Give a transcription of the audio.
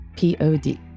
Pod